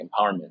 empowerment